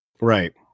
Right